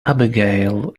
abigail